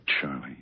Charlie